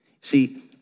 See